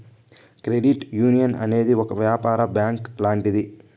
credit union అనేది ఒక యాపార బ్యాంక్ లాంటిది